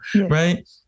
right